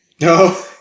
No